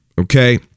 Okay